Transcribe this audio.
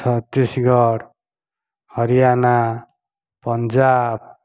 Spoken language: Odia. ଛତିଶଗଡ଼ ହରିୟାନା ପଞ୍ଜାବ